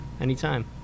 Anytime